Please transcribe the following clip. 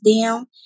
down